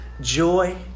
joy